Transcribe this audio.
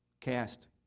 Cast